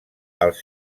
els